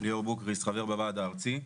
חבר בוועד הארצי.